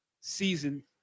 Season